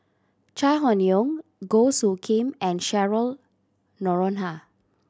Chai Hon Yoong Goh Soo Khim and Cheryl Noronha